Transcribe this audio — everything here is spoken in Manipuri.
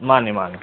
ꯃꯥꯅꯦ ꯃꯥꯅꯦ